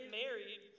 married